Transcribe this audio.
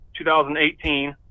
2018